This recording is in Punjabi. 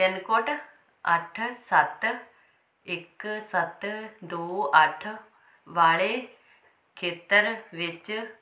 ਪਿੰਨ ਕੋਡ ਅੱਠ ਸੱਤ ਇੱਕ ਸੱਤ ਦੋ ਅੱਠ ਵਾਲੇ ਖੇਤਰ ਵਿੱਚ